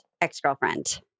ex-girlfriend